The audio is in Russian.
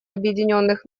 объединенных